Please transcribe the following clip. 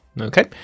Okay